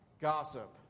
gossip